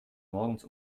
morgens